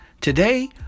Today